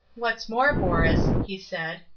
what's more, borus, he said,